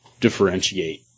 differentiate